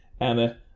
Emma